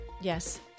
Yes